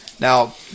Now